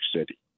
City